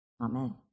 Amen